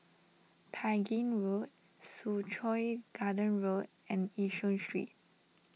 Tai Gin Road Soo Chow Garden Road and Yishun Street